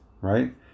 right